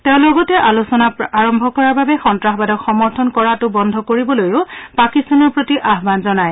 তেওঁ লগতে আলোচনা আৰম্ভ কৰাৰ বাবে সন্ত্ৰাসবাদক সমৰ্থন কৰাটো বন্ধ কৰিবলৈঁ পাকিস্তানৰ প্ৰতি আহবান জনায়